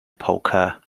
polka